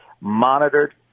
monitored